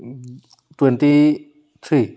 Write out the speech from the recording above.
twenty three